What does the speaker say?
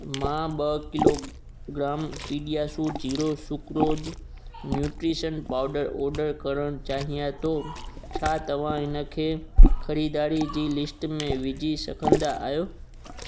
मां ॿ kilogram PediaSure zero sucrose nutrition powder order करणु चाहियां थो छा तव्हां इन खे ख़रीदारी जी लिस्ट में विझी सघंदा आहियो